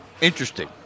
Interesting